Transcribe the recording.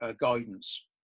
guidance